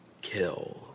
kill